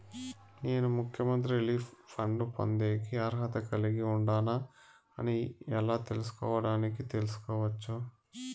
నేను ముఖ్యమంత్రి relief fund పొందేకి అర్హత కలిగి ఉండానా అని ఎలా తెలుసుకోవడానికి తెలుసుకోవచ్చు